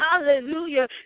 Hallelujah